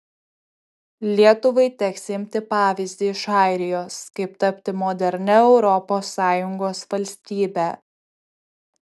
lietuvai teks imti pavyzdį iš airijos kaip tapti modernia europos sąjungos valstybe